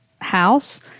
house